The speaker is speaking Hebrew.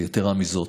יתרה מזו,